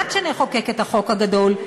עד שנחוקק את החוק הגדול,